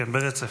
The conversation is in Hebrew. --- כן, ברצף,